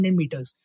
meters